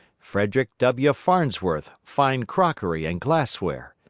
frederick w. farnsworth, fine crockery and glassware,